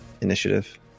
initiative